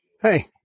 Hey